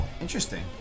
Interesting